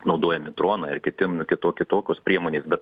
naudojami dronai ar kiti nu kito kitokios priemonės bet